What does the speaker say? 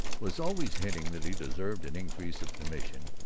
was always hinting that he deserved an increase of commission,